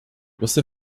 você